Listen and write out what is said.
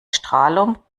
strahlung